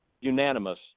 unanimous